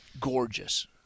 gorgeous